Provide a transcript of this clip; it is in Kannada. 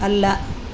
ಅಲ್ಲ